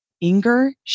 Inger